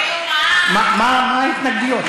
מה ההתנגדויות?